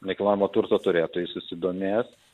nekilnojamo turto turėtojai susidomės